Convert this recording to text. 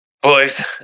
Boys